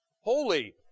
holy